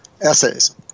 essays